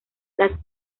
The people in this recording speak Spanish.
las